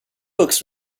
books